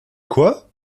quoi